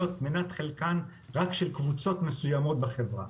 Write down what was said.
מנת חלקן רק של קבוצות מסוימות בחברה.